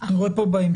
אני רואה פה בהמשך.